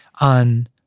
on